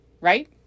right